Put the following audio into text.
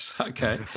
Okay